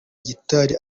gitari